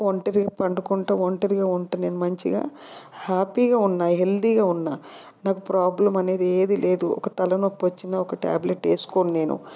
ఒంటరి పండుకుంట ఒంటరిగా ఉంటే నేను మంచిగా హ్యాపీగా ఉన్న హెల్దీగా ఉన్న నాకు ప్రాబ్లం అనేది ఏది లేదు ఒక తలనొప్పి వచ్చిన ఒక ట్యాబ్లేట్ వేసుకోను నేను